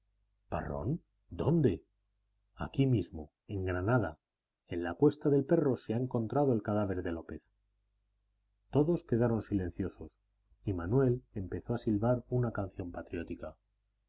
parrón dónde aquí mismo en granada en la cuesta del perro se ha encontrado el cadáver de lópez todos quedaron silenciosos y manuel empezó a silbar una canción patriótica